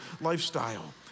lifestyle